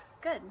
good